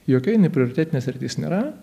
jokia jinai prioritetinė sritis nėra